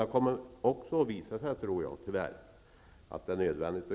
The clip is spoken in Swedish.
Det kommer säkerligen tyvärr att visa sig att det blir nödvändigt.